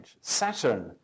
Saturn